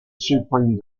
supreme